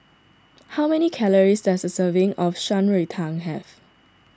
how many calories does a serving of Shan Rui Tang have